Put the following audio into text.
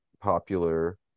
popular